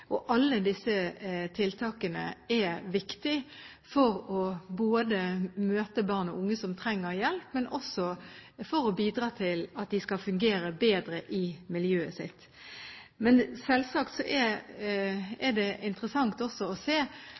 og alle disse tiltakene er viktige både for å møte barn og unge som trenger hjelp, og for å bidra til at de skal fungere bedre i miljøet sitt. Selvsagt er det interessant å se